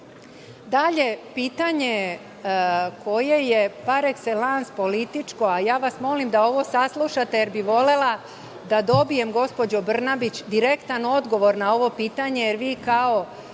pitanje koje je par ekselans političko, a ja vas molim da ovo saslušate, jer bih volela da dobijem, gospođo Brnabić, direktan odgovor na ovo pitanje, jer vi kao